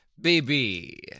Baby